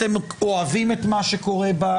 אתם אוהבים את מה שקורה בה,